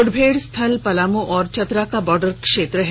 मुठभेड़ स्थल पलामू और चतरा का बॉर्डर क्षेत्र है